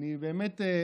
אני באמת מתפלא.